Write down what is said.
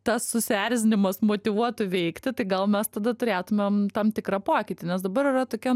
tas susierzinimas motyvuotų veikti tai gal mes tada turėtumėm tam tikrą pokytį nes dabar yra tokia